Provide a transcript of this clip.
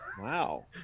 wow